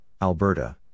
Alberta